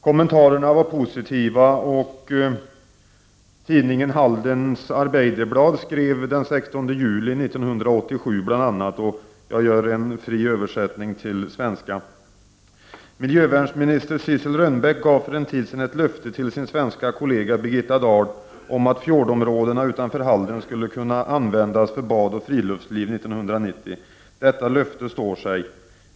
Kommentarerna var positiva och tidningen Halden Arbeiderblad skrev den 16 juli 1987, i fri översättning till svenska, bl.a. följande: Miljövernministern Sissel Rönbeck gav för en tid sedan ett löfte till sin svenska kollega Birgitta Dahl om att fjordområdena utanför Halden skulle kunna användas för bad och friluftsliv 1990. Detta löfte står sig.